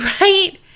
right